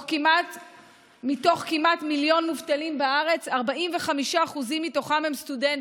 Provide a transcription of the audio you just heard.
מתוך כמעט מיליון מובטלים בארץ, 45% הם סטודנטים.